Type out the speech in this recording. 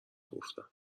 گفتم